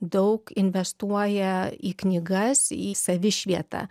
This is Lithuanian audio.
daug investuoja į knygas į savišvietą